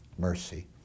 mercy